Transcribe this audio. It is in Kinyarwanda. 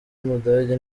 w’umudage